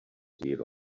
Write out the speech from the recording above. deal